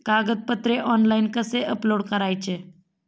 कागदपत्रे ऑनलाइन कसे अपलोड करायचे?